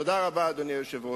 תודה רבה, אדוני היושב-ראש.